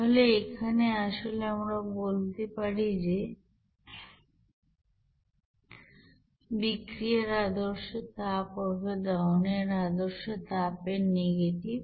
তাহলে এখানে আসলে আমরা বলতে পারি যে বিক্রিয়ার আদর্শ তাপ হবে দহনের আদর্শ তাপ এর নেগেটিভ